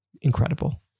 incredible